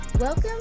Welcome